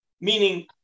meaning